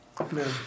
Amen